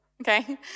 okay